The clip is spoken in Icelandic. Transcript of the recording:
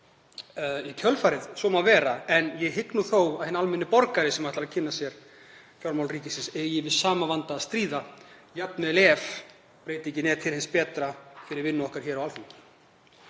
í kjölfarið. Svo má vera, en ég hygg þó að hinn almenni borgari sem ætlar að kynna sér fjármál ríkisins eigi við sama vanda að stríða, jafnvel þótt breytingin sé til hins betra fyrir vinnu okkar hér á Alþingi.